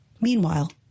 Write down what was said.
Meanwhile